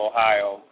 Ohio